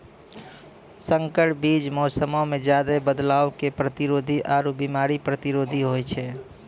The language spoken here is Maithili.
संकर बीज मौसमो मे ज्यादे बदलाव के प्रतिरोधी आरु बिमारी प्रतिरोधी होय छै